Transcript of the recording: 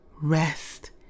Rest